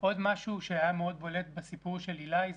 עוד משהו שהיה מאוד בולט בסיפור של עילי,